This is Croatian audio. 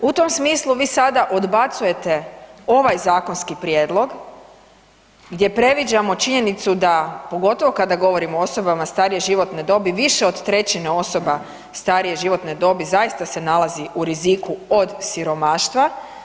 U tom smislu vi sada odbacujete ovaj zakonski prijedlog, gdje previđamo činjenicu da pogotovo kada govorimo o osobama starije životne dobi više od trećine osoba starije životne dobi zaista se nalazi u riziku od siromaštva.